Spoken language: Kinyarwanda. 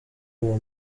uwo